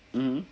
mm